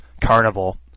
carnival